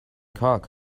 cock